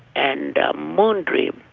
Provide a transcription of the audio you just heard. and moon dream.